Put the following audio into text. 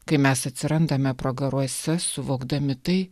kai mes atsirandame pragaruose suvokdami tai